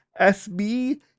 SB